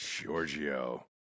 Giorgio